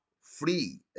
Free